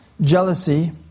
jealousy